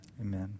Amen